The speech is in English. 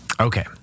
Okay